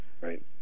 Right